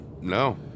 No